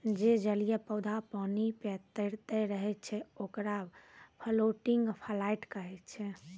जे जलीय पौधा पानी पे तैरतें रहै छै, ओकरा फ्लोटिंग प्लांट कहै छै